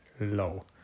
low